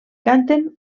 canten